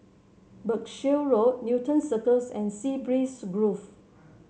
Berkshire Road Newton Circus and Sea Breeze Grove